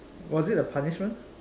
was it a punishment